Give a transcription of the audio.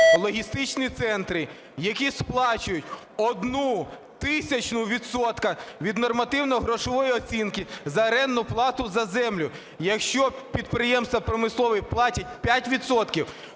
логістичні центри, які сплачують одну тисячну відсотка від нормативно-грошової оцінки за орендну плату за землю. Якщо підприємства промислові платять 5 відсотків,